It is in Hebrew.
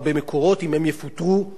הם פשוט ישבו בבית ויהיו מובטלים.